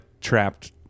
trapped